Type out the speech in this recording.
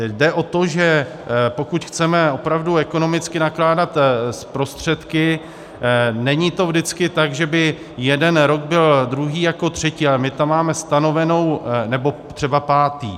Jde o to, že pokud chceme opravdu ekonomicky nakládat s prostředky, není to vždycky tak, že by jeden rok byl druhý jako třetí, ale my tam máme stanovenou... nebo třeba pátý.